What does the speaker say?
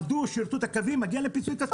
הם עבדו, שירתו את הקווים, מגיע להם פיצוי כספי.